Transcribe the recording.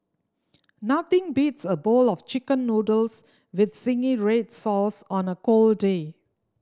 nothing beats a bowl of Chicken Noodles with zingy red sauce on a cold day